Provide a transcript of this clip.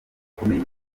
akomeye